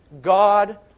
God